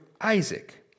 Isaac